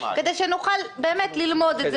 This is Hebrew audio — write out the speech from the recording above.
כדי שנוכל ללמוד את זה?